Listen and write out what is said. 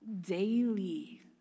daily